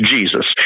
Jesus